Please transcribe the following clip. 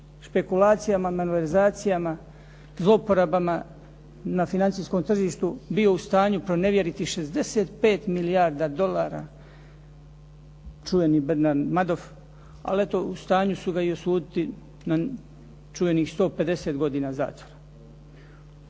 špekulacijama, malverzacijama, zlouporabama na financijskom tržištu bio u stanju pronevjeriti 65 milijarda dolara čuveni Bernard Madoff. Ali eto u stanju su ga i osuditi na čuvenih 150 godina zatvora.